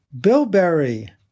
Bilberry